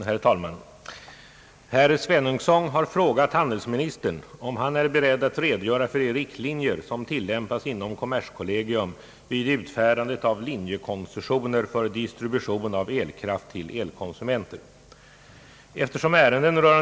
Herr talman! Herr Svenungsson har frågat mig om jag är beredd att redogöra för de riktlinjer som tillämpas inom kommerskollegium vid utfärdandet av linjekoncessioner för distribution av elkraft till elkonsumenter.